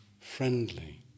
friendly